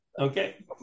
Okay